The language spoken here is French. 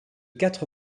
quatre